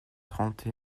trente